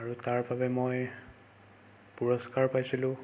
আৰু তাৰবাবে মই পুৰস্কাৰ পাইছিলোঁ